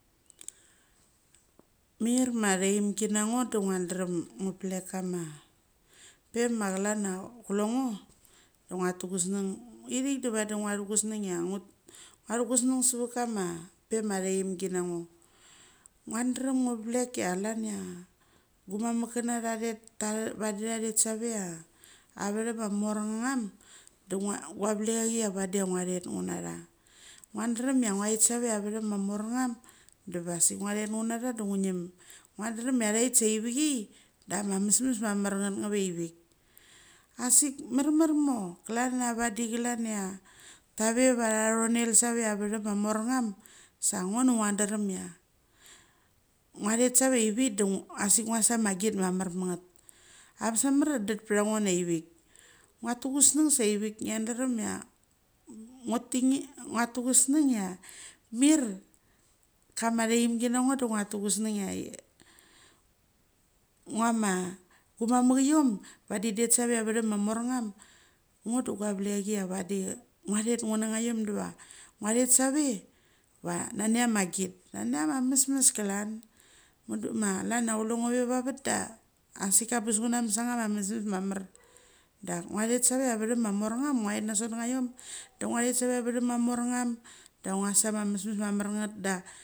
Mir ma thaaengi nango da ngia drom ngu pelek kama ve ma chlan n athlu ngo da ugia tu gusang ithek da vade nga thu gusang chai ngathugusang kama pe ma thengi nango ngia dram ngovelek cha chlan chia gumamek kancha tha thet vade tha thet sawe chia a vethenem ma mor nanam da da guvelek cha chi vadi cha ngia thet ngn cha, nga dram cha nga thet save cha a vethem ma morngam da ve sik nga thet ugna cha da ngungiem ngia dram cha thit sacha vitcheia da ma da ma masmas ma mamar nget ngnue vevik asik merme mo klan ave va thano save tha a vethemer mamo nam sa ngo da ngia dram cha ngo thet save ithvik da ngo sik amagit ma mermet nget. Abes mamar dit pacha ngo nave vik nga tu gusung savek ngia dram cha nga tu gusung cha mir kam themgi nango da nga tu gusung nga mave gu mamek cham vadi idet save vethe ma mornam ngo da gavelek cha thi cha vadi ngo thet ngnachom diva ngo thet save ve nani cha magit nani cha ma masmas klan. Mudu ma chlan cha ahole ngo ve vave da a sik a bes ngna mes a cha mesmes mamar da ngia thet save cha vethem ma mornam ngo cha thet nasot ngathom. Da nga save cha vethem ma mornam da ngas a ma mesmes mamar nget da.